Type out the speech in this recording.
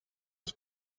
his